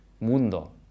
mundo